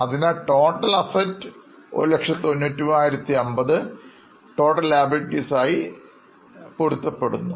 അതിനാൽ Total assets 193050 Total Liabilities ആയി പൊരുത്തപ്പെടുന്നു